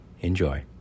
Enjoy